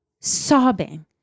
Sobbing